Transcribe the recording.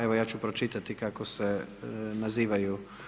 Evo ja ću pročitati kako se nazivaju.